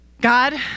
God